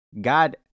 God